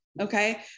okay